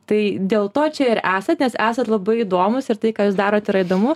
tai dėl to čia ir esat nes esat labai įdomūs ir tai ką jūs darot yra įdomu